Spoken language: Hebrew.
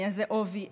מאיזה עובי,